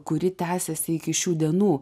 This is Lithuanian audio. kuri tęsiasi iki šių dienų